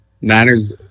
Niners